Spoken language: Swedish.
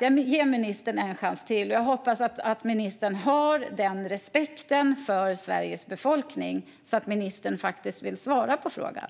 Jag ger ministern en chans till, och jag hoppas att ministern har den respekten för Sveriges befolkning att han vill svara på frågan.